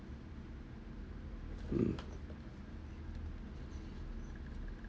mm